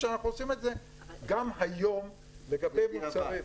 כשאנחנו עושים את זה גם היום לגבי מוצרים.